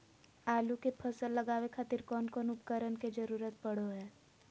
आलू के फसल लगावे खातिर कौन कौन उपकरण के जरूरत पढ़ो हाय?